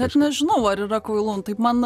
aš nežinau ar yra kvailų nu taip man